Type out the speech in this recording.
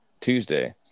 Tuesday